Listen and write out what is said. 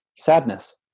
sadness